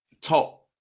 top